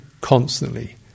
constantly